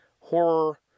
horror